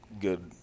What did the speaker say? good